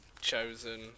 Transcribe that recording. chosen